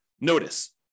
Notice